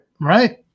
Right